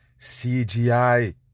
cgi